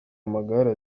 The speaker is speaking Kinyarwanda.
amagare